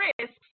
risks